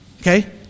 Okay